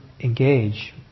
engage